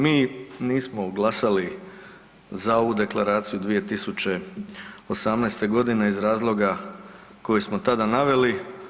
Mi nismo glasali za ovu Deklaraciju 2018. godine iz razloga koji smo tada naveli.